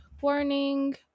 warning